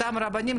אותם רבנים.